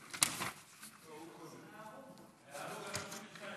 "ההרוג" קודם.